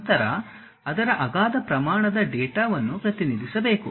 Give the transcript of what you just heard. ನಂತರ ಅದರ ಅಗಾಧ ಪ್ರಮಾಣದ ಡೇಟಾವನ್ನು ಪ್ರತಿನಿಧಿಸಬೇಕು